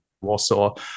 Warsaw